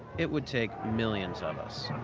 it would take millions of us.